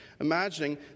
Imagining